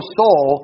soul